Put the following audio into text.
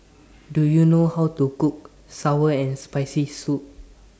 Do YOU know How to Cook Sour and Spicy Soup